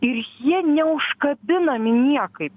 ir jie neužkabinami niekaip